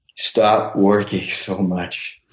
stop working so much.